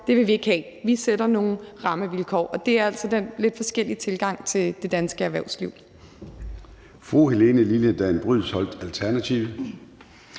der vil vi ikke have. Vi sætter nogle rammevilkår, og det er altså den lidt forskellige tilgang til det danske erhvervsliv,